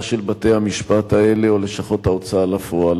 של בתי-המשפט האלה ולשכות ההוצאה לפועל.